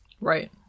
Right